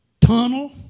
tunnel